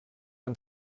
ein